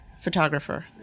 photographer